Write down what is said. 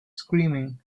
screaming